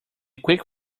quick